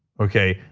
okay?